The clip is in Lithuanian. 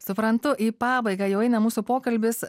suprantu į pabaigą jau eina mūsų pokalbis